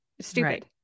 Stupid